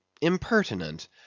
impertinent